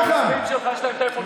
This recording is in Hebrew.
העוזרים שלך, יש להם טלפון כשר או לא?